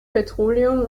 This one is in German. petroleum